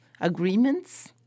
agreements